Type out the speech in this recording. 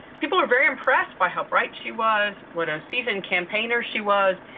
people were very impressed by how bright she was, what a seasoned campaigner she was.